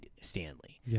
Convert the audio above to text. Stanley